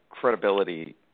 Credibility